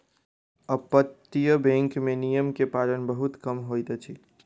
अपतटीय बैंक में नियम के पालन बहुत कम होइत अछि